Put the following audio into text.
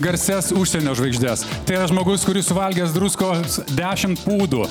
garsias užsienio žvaigždes tai yra žmogus kuris suvalgęs druskos dešimt pūdų